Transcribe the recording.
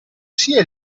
sia